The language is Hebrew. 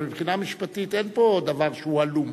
אבל מבחינה משפטית אין פה דבר שהוא עלום.